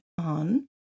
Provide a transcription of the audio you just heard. on